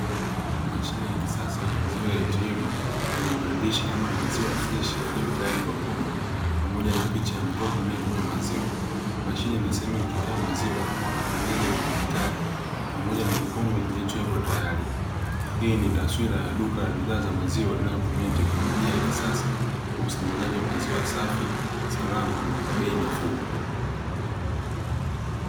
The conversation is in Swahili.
Mashine ya kisasa ya maziwa "ATM" yenye maandishi kama maziwa freshi yaliyotayari kwa kunywa pamoja na picha ya mtoto anayekunywa maziwa, mashine ina sehemu ya kuchotea maziwa na kidijitali pamoja na kikombe kilichowekwa tayari, hii ni taswira ya duka la bidhaa za maziwa linalotumia teknolojia ya kisasa kwa usambazaji wa maziwa safi, salama na kwa bei nafuu.